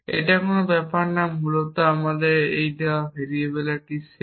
এটা কোন ব্যাপার না মূলত এটা আমাদের দেওয়া ভেরিয়েবলের একটি সেট